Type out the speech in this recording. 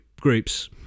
groups